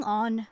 on